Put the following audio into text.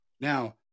Now